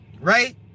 right